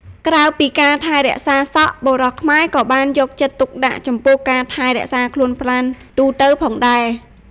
ក្រៅពីការថែរក្សាសក់ បុរសខ្មែរក៏បានយកចិត្តទុកដាក់ចំពោះការថែរក្សាខ្លួនប្រាណទូទៅផងដែរ។